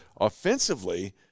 offensively